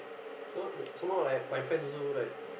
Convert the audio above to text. so some more like my friends also right